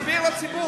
תסביר, תסביר לציבור.